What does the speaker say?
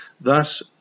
Thus